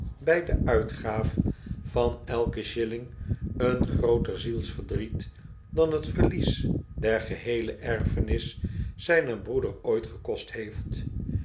bg de uitgaaf van elken shilling een grooter zielsverdriet dan het verlies der geheele erfenis zynen broeder ooit gekost heeft